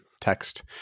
text